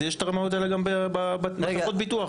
יש את הרמאויות האלה גם בחברות הביטוח,